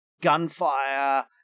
gunfire